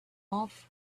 off